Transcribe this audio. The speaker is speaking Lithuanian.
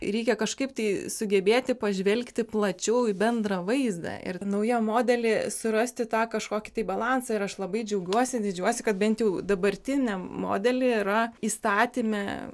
reikia kažkaip tai sugebėti pažvelgti plačiau į bendrą vaizdą ir naujam modely surasti tą kažkokį tai balansą ir aš labai džiaugiuosi didžiuojuosi kad bent jau dabartiniam modely yra įstatyme